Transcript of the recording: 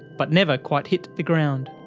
but never quite hit the ground.